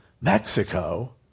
Mexico